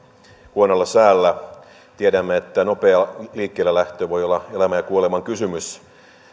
huonolla säällä tiedämme että nopea liikkeellelähtö voi olla elämän ja kuoleman kysymys